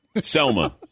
Selma